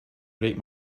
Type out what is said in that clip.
break